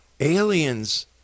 aliens